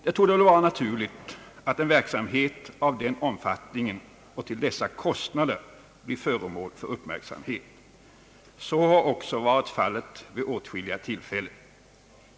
Det torde vara naturligt att en verksamhet av denna omfattning och till sådana kostnader blir föremål för uppmärksamhet. Så har även varit fallet vid åtskilliga tillfällen.